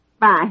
Bye